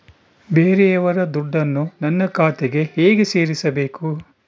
ಬೇರೆಯವರ ದುಡ್ಡನ್ನು ನನ್ನ ಖಾತೆಗೆ ಹೇಗೆ ಸೇರಿಸಬೇಕು?